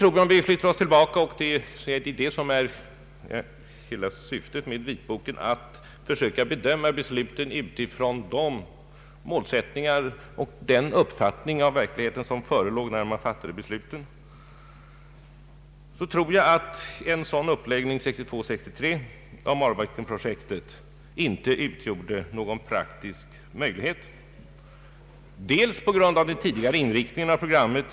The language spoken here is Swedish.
Om vi ser tillbaka på det som är hela syftet med vitboken, nämligen att försöka bedöma besluten utifrån de målsättningar och den uppfattning av verkligheten som förelåg när man fattade besluten, så tror jag att en sådan uppläggning 1962—1963 av Marvikenprojektet inte utgjorde någon praktisk möjlighet, delvis på grund av den tidigare inriktningen av programmet.